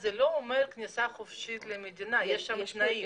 זה לא אומר כניסה חופשית למדינה אלא יש תנאים.